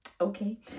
okay